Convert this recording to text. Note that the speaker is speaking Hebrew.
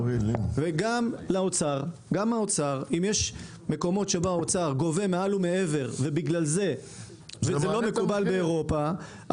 אם יש מקומות שבהם האוצר גובה מעל ומעבר למה שמקובל באירופה,